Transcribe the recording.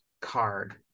card